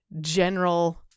general